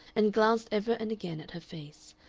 and glanced ever and again at her face,